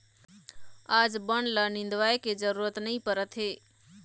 आज बन ल निंदवाए के जरूरत नइ परत हे